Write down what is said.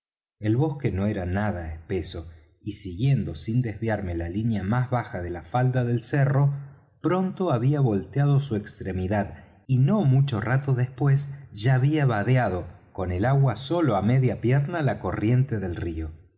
el bosque no era nada espeso y siguiendo sin desviarme la línea más baja de la falda del cerro pronto había volteado su extremidad y no mucho rato después ya había vadeado con el agua sólo á media pierna la corriente del río